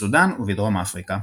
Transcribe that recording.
בסודאן ובדרום אפריקה.